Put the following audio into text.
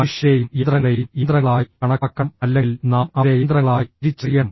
മനുഷ്യരെയും യന്ത്രങ്ങളെയും യന്ത്രങ്ങളായി കണക്കാക്കണം അല്ലെങ്കിൽ നാം അവരെ യന്ത്രങ്ങളായി തിരിച്ചറിയണം